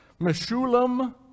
Meshulam